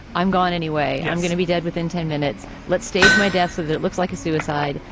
i'm going any way i'm going to be dead within ten minutes. let's stage my death. so it looks like a suicide.